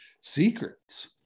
secrets